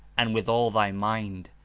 and with all thy mind,